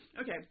Okay